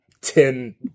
ten